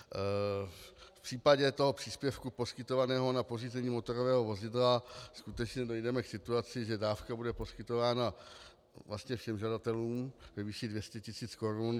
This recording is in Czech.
V případě příspěvku poskytovaného na pořízení motorového vozidla skutečně dojdeme k situaci, že dávka bude poskytována vlastně všem žadatelům ve výši 200 tis. korun.